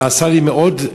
זה עשה לי מאוד,